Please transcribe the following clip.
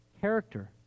character